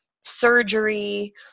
surgery